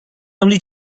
only